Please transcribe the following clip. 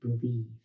believe